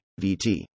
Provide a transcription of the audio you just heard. VT